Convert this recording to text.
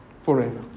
forever